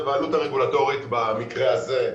העלות הרגולטורית במקרה הזה,